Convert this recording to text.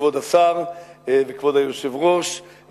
כבוד השר וכבוד היושב-ראש,